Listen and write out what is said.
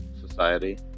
society